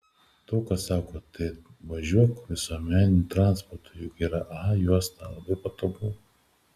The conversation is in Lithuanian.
daug kas sako tai važiuok visuomeniniu transportu juk yra a juosta labai patogu